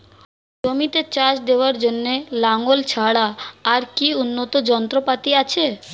জমিতে চাষ দেওয়ার জন্য লাঙ্গল ছাড়া আর কি উন্নত যন্ত্রপাতি আছে?